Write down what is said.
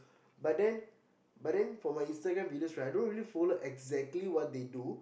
but then but then from a Instagram videos right I don't really follow exactly what they do